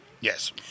Yes